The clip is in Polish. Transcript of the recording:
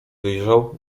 wyjrzał